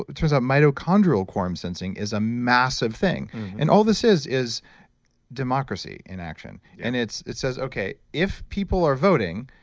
but turns out mitochondrial quorum sensing is a massive thing and all this is is democracy in action. and it says, okay, if people are voting,